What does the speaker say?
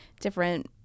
Different